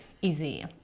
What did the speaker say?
easy